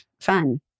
fun